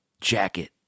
jacket